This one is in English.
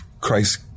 Christ